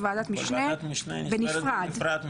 וועדת משנה בנפרד.